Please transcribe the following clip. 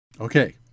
Okay